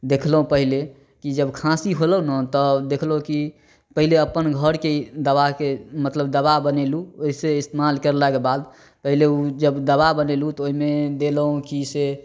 देखलहुॅं पहले की जब खाँसी होलौ ने तऽ देखलहुॅं की पहिले अपन घरके दबाके मतलब दबा बनेलु ओहिसे इस्तेमाल करलाके बाद पहिले ओ जब दबा बनेलु तऽ ओहिमे देलहुॅं की से